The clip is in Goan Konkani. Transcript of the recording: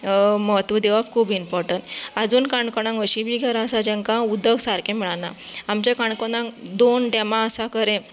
म्हत्व दिवप खुब इंपोरटंट आजून काणकोणान अशीं बी घरां आसा जांकां उदक सारकें मेळना आमच्या काणकोणान दोन डेमा आसा खरें